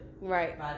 right